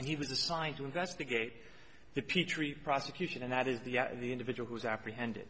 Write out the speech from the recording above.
and he was assigned to investigate the peachtree prosecution and that is the the individual who was apprehended